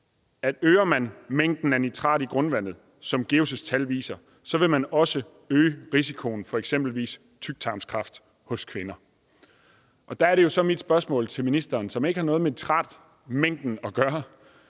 at øges mængden af nitrat i grundvandet, som GEUS's tal viser, så vil man også øge risikoen for eksempelvis tyktarmskræft hos kvinder. Der er mit spørgsmål – som ikke har noget med nitratmængden at gøre